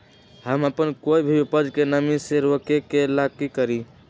हम अपना कोई भी उपज के नमी से रोके के ले का करी?